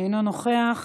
אינו נוכח.